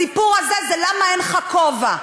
בסיפור הזה זה "למה אין לך כובע",